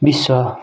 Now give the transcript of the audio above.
विश्व